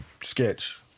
sketch